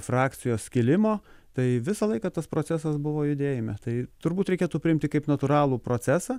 frakcijos skilimo tai visą laiką tas procesas buvo judėjime tai turbūt reikėtų priimti kaip natūralų procesą